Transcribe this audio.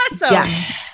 Yes